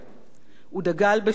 הוא דגל בשוק חופשי,